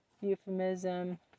euphemism